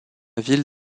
ville